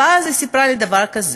ואז היא סיפרה לי דבר כזה: